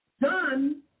done